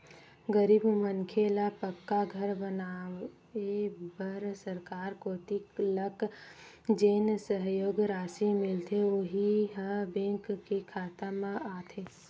गरीब मनखे ल पक्का घर बनवाए बर सरकार कोती लक जेन सहयोग रासि मिलथे यहूँ ह बेंक के खाता म आथे